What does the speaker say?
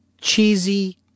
cheesy